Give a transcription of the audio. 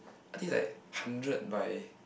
I think like hundred by